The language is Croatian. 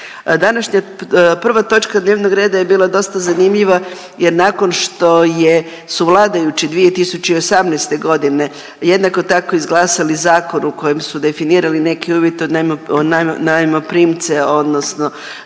Današnja, prva točka dnevnog reda je bila dosta zanimljiva jer nakon što su vladajući 2018.g. jednako tako izglasali zakon u kojem su definirali neke uvjete od najmo…, od